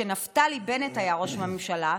שכשנפתלי בנט היה ראש הממשלה,